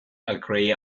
agree